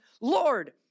Lord